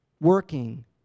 working